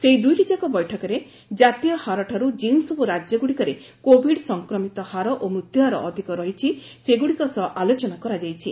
ସେହି ଦୁଇଟି ଯାକ ବୈଠକରେ ଜାତୀୟ ହାର ଠାରୁ ଯେଉଁ ସବୁ ରାଜ୍ୟଗୁଡ଼ିକରେ କୋଭିଡ୍ ସଂକ୍ରମିତହାର ଓ ମୃତ୍ୟୁହାର ଅଧିକ ରହିଛି ସେଗୁଡ଼ିକ ସହ ଆଲୋଚନା କରାଯାଇଛି